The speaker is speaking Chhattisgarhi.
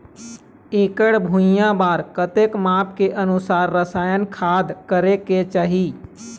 एकड़ भुइयां बार कतेक माप के अनुसार रसायन खाद करें के चाही?